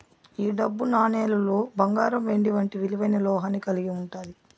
ఈ డబ్బు నాణేలులో బంగారం వెండి వంటి విలువైన లోహాన్ని కలిగి ఉంటాది